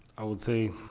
i would say,